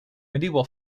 medieval